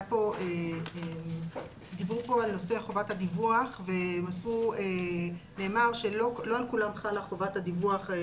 דיברו כאן על נושא חובת הדיווח ונאמר שלא על כל כול חלה חובת דיווח.